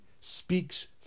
speaks